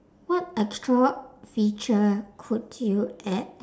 what extra feature could you add